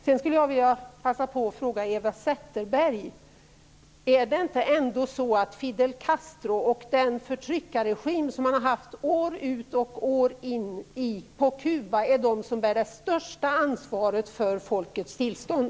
Jag skulle vilja passa på att fråga Eva Zetterberg om det ändå inte är så att Fidel Castro och den förtryckarregim som funnits år ut och år in på Kuba bär det största ansvaret för folkets tillstånd.